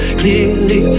clearly